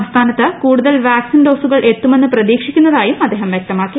സംസ്ഥാനത്ത് കൂടുതൽ വാക്സിൻ ഡോസുകൾ എത്തുമെന്ന് പ്രതീക്ഷിക്കുന്നതായും അദ്ദേഹം വൃക്തമാക്കി